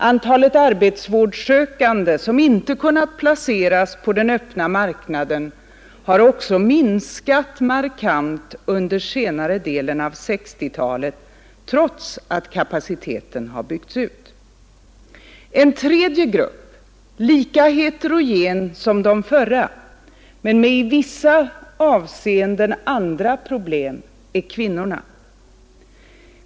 Antalet arbetsvårdssökande som inte kunnat placeras på den öppna marknaden har också minskat markant under senare delen av 1960-talet, trots att kapaciteten har byggts ut. En tredje grupp — lika heterogen som de förra, men med i vissa avseenden andra problem — är kvinnorna.